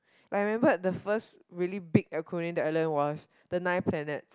like I remembered the first really big acronym that I learnt was the nine planets